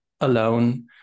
alone